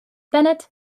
bennett